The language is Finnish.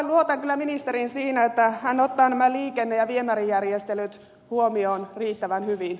luotan kyllä ministeriin siinä että hän ottaa nämä liikenne ja viemärijärjestelyt huomioon riittävän hyvin